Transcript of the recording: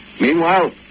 Meanwhile